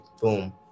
boom